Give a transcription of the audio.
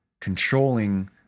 Controlling